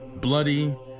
bloody